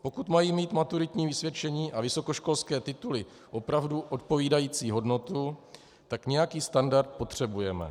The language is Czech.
Pokud mají mít maturitní vysvědčení a vysokoškolské tituly opravdu odpovídající hodnotu, tak nějaký standard potřebujeme.